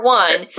one